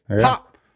pop